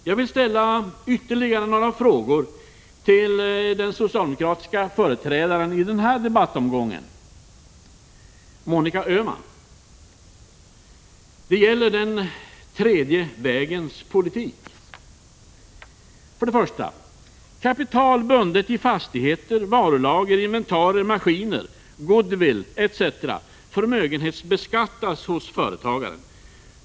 Jag vill ställa ytterligare några frågor till den socialdemokratiska företrädaren i den här debattomgången, Monica Öhman. Det gäller den tredje vägens politik. 1. Kapital bundet i fastigheter, varulager, inventarier, maskiner, goodwill etc. förmögenhetsbeskattas hos företagaren.